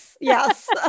Yes